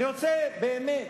אני רוצה באמת,